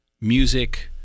music